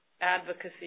Advocacy